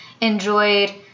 enjoyed